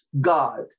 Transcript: God